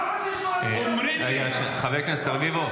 למה --- חבר הכנסת רביבו,